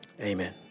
Amen